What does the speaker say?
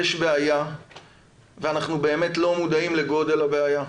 יש בעיה ואנחנו באמת לא מודעים לגודל הבעיה.